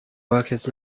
workers